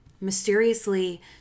mysteriously